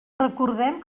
recordem